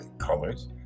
colors